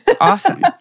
awesome